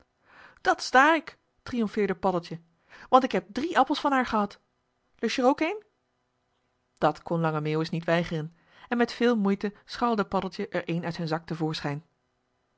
dat sta ik triomfeerde paddeltje want ik heb drie appels van haar gehad lust je er ook een dat kon lange meeuwis niet weigeren en met veel moeite scharrelde paddeltje er een uit zijn zak